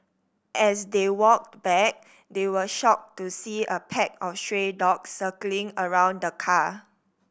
as they walked back they were shocked to see a pack of stray dogs circling around the car